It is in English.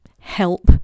help